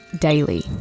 daily